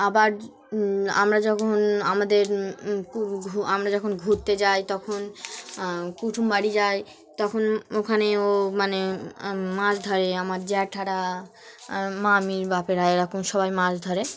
আবার আমরা যখন আমাদের আমরা যখন ঘুরতে যাই তখন কুটুমবাড়ি যাই তখন ওখানে ও মানে মাছ ধরে আমার জ্যাঠারা মামির বাপেরা এরকম সবাই মাছ ধরে